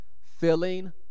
filling